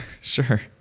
Sure